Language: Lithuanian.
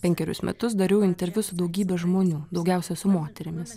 penkerius metus dariau interviu su daugybe žmonių daugiausia su moterimis